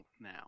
now